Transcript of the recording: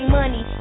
money